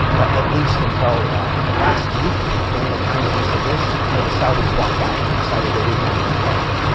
at least until last week. again, the timeliness of this until the saudis walked out and decided they didn't want any part of it.